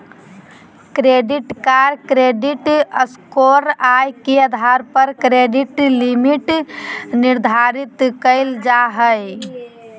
credit card credit score, आय के आधार पर क्रेडिट लिमिट निर्धारित कयल जा हइ